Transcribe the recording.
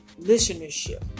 listenership